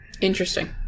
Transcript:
Interesting